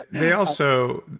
they also,